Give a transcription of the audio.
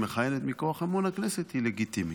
שמכהנת מכוח אמון הכנסת היא לגיטימית.